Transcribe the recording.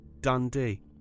Dundee